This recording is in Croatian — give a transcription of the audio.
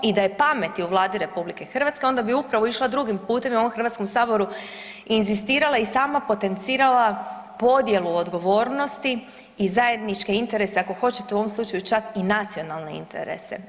I da je pameti u Vladi Republike Hrvatske onda bi upravo išla drugim putem i ovom Hrvatskom saboru inzistirala i sama potencirala podjelu odgovornosti i zajedničke interese ako hoćete u ovom slučaju čak i nacionalne interese.